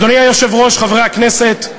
אדוני היושב-ראש, חברי הכנסת,